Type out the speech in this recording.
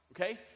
Okay